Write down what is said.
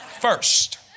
First